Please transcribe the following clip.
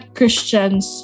Christians